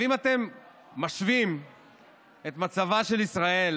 אם אתם משווים את מצבה של ישראל